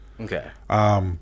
Okay